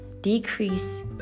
decrease